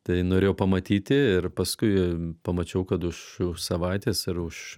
tai norėjo pamatyti ir paskui pamačiau kad už už savaitės ar už